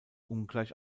ungleich